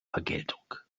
vergeltung